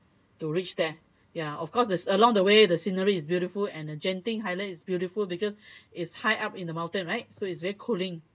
to reach there ya of course there's along the way the scenery is beautiful and uh genting highland is beautiful because it's high up in the mountains right so it's very cooling